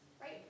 Right